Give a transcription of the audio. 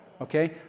Okay